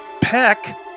Peck